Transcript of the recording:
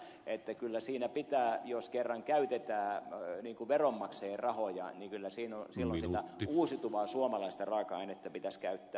että jos kerran käytetään veronmaksajien rahoja niin kyllä silloin sitä uusiutuvaa suomalaista raaka ainetta pitäisi käyttää